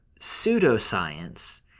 pseudoscience